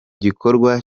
gikorwa